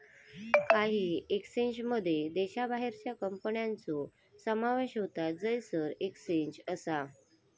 काही एक्सचेंजमध्ये देशाबाहेरच्या कंपन्यांचो समावेश होता जयसर एक्सचेंज असा